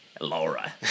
Laura